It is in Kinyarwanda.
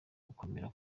gukomera